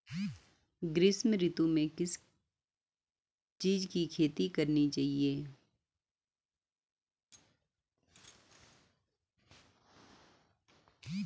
ग्रीष्म ऋतु में किस चीज़ की खेती करनी चाहिये?